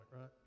right